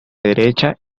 derecha